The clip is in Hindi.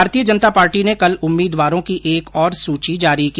भारतीय जनता पार्टी ने कल उम्मीदवारों की एक और सूची जारी की